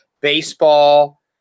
Baseball